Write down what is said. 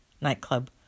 nightclub